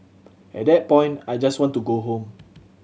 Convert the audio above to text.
at that point I just want to go home